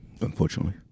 Unfortunately